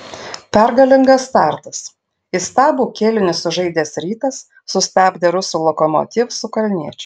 pergalingas startas įstabų kėlinį sužaidęs rytas sustabdė rusų lokomotiv su kalniečiu